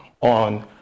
on